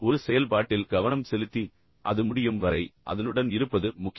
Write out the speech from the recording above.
ஒரு செயல்பாட்டில் கவனம் செலுத்தி அது முடியும் வரை அதனுடன் இருப்பது முக்கியம்